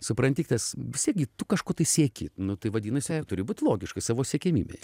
supranti tas vis tiek gi tu kažko tai sieki nu tai vadinasi turi būti logiškas savo siekiamybėj